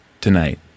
tonight